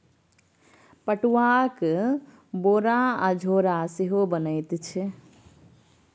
पटुआक बोरा आ झोरा सेहो बनैत छै